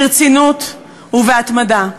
ברצינות ובהתמדה.